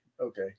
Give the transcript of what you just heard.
Okay